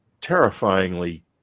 terrifyingly